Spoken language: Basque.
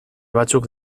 batzuk